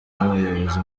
n’abayobozi